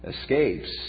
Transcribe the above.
escapes